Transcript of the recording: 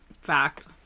Fact